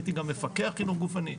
הייתי גם מפקח חינוך גופני,